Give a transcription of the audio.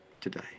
today